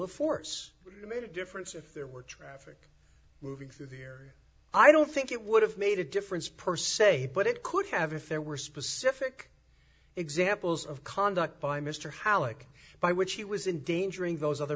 of force made a difference if there were traffic moving through there i don't think it would have made a difference per se but it could have if there were specific examples of conduct by mr holic by which he was in danger in those other